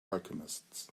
alchemists